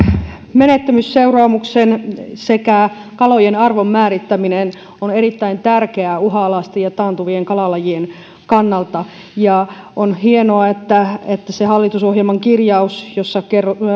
menettämisseuraamuksen sekä kalojen arvon määrittäminen on erittäin tärkeää uhanalaisten ja taantuvien kalalajien kannalta ja on hienoa että että se hallitusohjelman kirjaus jossa